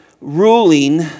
ruling